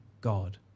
God